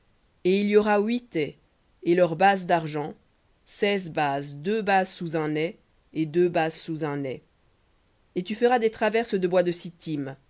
et il y aura huit ais et leurs bases d'argent seize bases deux bases sous un ais et deux bases sous un ais et tu feras des traverses de bois de